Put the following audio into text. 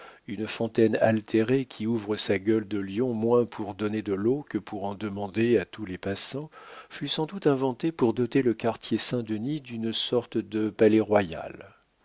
une fontaine altérée qui ouvre sa gueule de lion moins pour donner de l'eau que pour en demander à tous les passants fut sans doute inventée pour doter le quartier saint-denis d'une sorte de